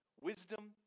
wisdom